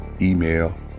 email